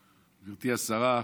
1939,